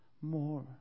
More